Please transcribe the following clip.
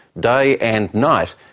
day and night,